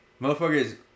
Motherfuckers